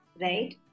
Right